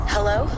Hello